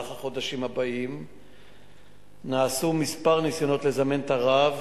במהלך החודשים הבאים נעשו כמה ניסיונות לזמן את הרב,